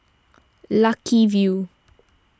Lucky View